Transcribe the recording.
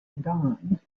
don